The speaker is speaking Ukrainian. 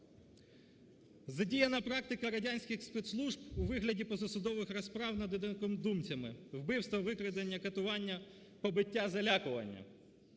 Задіяна практика радянських спецслужб у вигляді позасудових розправ над інакодумцями – вбивство, викрадення, катування, побиття, залякування.